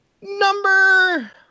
Number